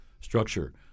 structure